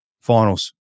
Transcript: finals